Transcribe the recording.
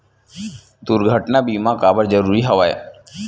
दुर्घटना बीमा काबर जरूरी हवय?